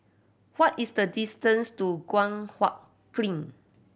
what is the distance to Guan Huat Kiln